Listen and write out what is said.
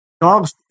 Dogs